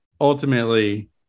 ultimately